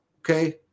Okay